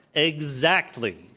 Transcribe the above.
exactly.